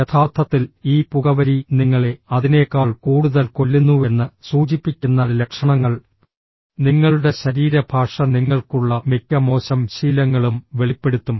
യഥാർത്ഥത്തിൽ ഈ പുകവലി നിങ്ങളെ അതിനേക്കാൾ കൂടുതൽ കൊല്ലുന്നുവെന്ന് സൂചിപ്പിക്കുന്ന ലക്ഷണങ്ങൾ നിങ്ങളുടെ ശരീരഭാഷ നിങ്ങൾക്കുള്ള മിക്ക മോശം ശീലങ്ങളും വെളിപ്പെടുത്തും